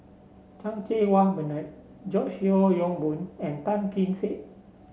Chan Cheng Wah Bernard George Yeo Yong Boon and Tan Kee Sek